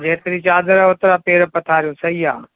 जेतिरी चादरु ओतिरा पेर पथारियूं सही आहे